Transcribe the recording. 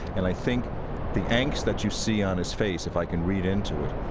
and i think the angst that you see on his face, if i can read into it,